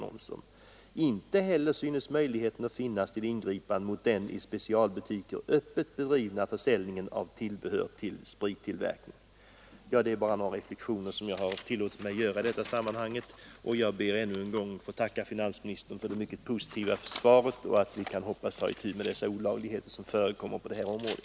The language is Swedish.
Inte heller synes möjligheter finnas till ingripanden mot den i specialbutiker öppet bedrivna försäljningen av tillbehör till sprittillverkning.” Detta var bara några reflexioner som jag har tillåtit mig att göra i detta sammanhang. Jag ber ännu en gång att få tacka finansministern för det mycket positiva svaret och beskedet att vi kan hoppas på åtgärder mot de olagligheter som förekommer på detta område.